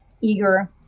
eager